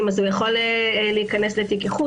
אז הוא יכול להיכנס לתיק איחוד.